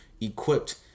equipped